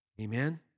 Amen